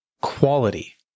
quality